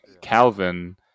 Calvin